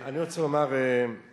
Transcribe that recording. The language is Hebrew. ההיקש הלוגי שלך.